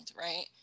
right